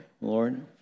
Lord